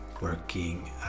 working